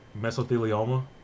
mesothelioma